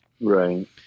Right